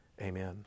Amen